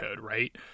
right